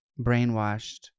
brainwashed